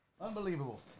Unbelievable